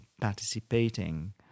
participating